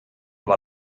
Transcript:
war